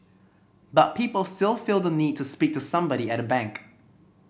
but people still feel the need to speak to somebody at a bank